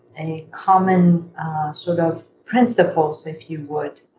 a common sort of principles, if you would,